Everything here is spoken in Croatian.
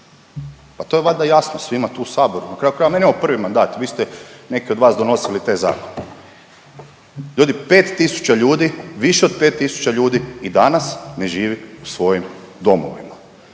Pa to je valjda jasno svima tu u saboru, na kraju krajeva meni je ovo prvi mandat, vi ste, neki od vas donosili te zakone. Ljudi, 5 tisuća ljudi, više od 5 tisuća ljudi i danas ne živi u svojim domovima